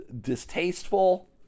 distasteful